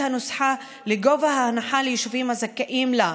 הנוסחה לגובה ההנחה ליישובים הזכאים לה.